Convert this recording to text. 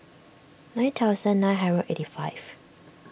nine thousand nine hundred eighty five